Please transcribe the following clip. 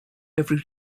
every